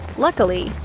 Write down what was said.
luckily,